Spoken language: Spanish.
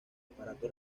aparato